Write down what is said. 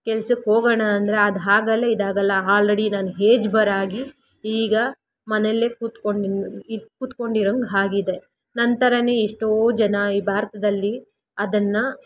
ಕೆಲ್ಸಕ್ಕೆ ಹೋಗೋಣ ಅಂದರೆ ಅದು ಹಾಗಲ್ಲ ಇದಾಗಲ್ಲ ಹಾಲ್ರಡಿ ನನ್ನ ಏಜ್ ಬಾರ್ ಆಗಿ ಈಗ ಮನೇಲೆ ಕೂತ್ಕೊಂಡೀನಿ ನಾನು ಈ ಕುತ್ಕೊಂಡಿರೋಂಗೆ ಆಗಿದೆ ನನ್ನ ಥರನೇ ಎಷ್ಟೋ ಜನ ಈ ಭಾರತದಲ್ಲಿ ಅದನ್ನು